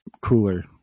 cooler